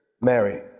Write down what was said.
Mary